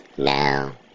Now